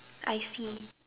I see